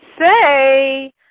say